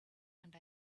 and